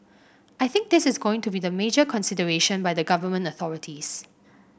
I think this is going to be the major consideration by the Government authorities